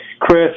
Chris